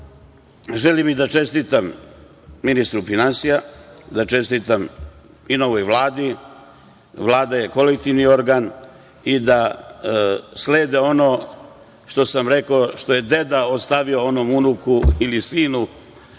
želim i da čestitam ministru finansija, da čestitam novoj Vladi, Vlada je kolektivni organ i da slede ono što sam rekao, što je deda ostavio onom unuku ili sinu,